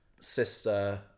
sister